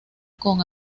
con